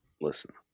listen